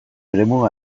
eremu